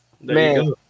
Man